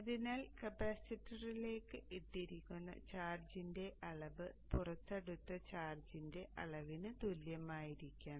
അതിനാൽ കപ്പാസിറ്ററിലേക്ക് ഇട്ടിരിക്കുന്ന ചാർജിന്റെ അളവ് പുറത്തെടുത്ത ചാർജിന്റെ അളവിന് തുല്യമായിരിക്കണം